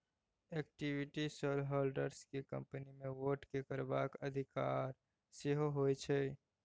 equity shareholders केँ company मे vote करबाक अधिकार सेहो होइ छै